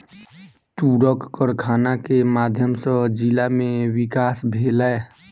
तूरक कारखाना के माध्यम सॅ जिला में विकास भेलै